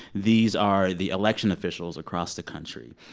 these are the election officials across the country.